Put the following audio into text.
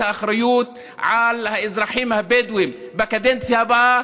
האחריות לאזרחים הבדואים בקדנציה הבאה,